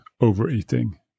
overeating